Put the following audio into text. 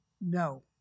No